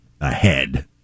Ahead